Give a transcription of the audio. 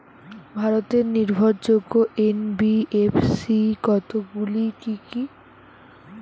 ভারতের নির্ভরযোগ্য এন.বি.এফ.সি কতগুলি কি কি?